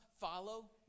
follow